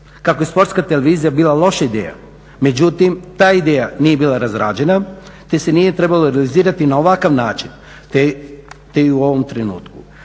kako je Sportska televizija bila loša ideja, međutim ta ideja nije bila razrađena te se nije trebala realizirati na ovakav način, te i u ovom trenutku.